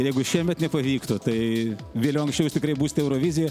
ir jeigu šiemet nepavyktų tai vėliau anksčiau jūs tikrai būsite euroviziją